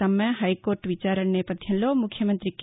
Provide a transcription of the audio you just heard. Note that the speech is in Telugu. సమ్నె హైకోర్లు విచారణ నేపథ్యంలో ముఖ్యమంత్రి కె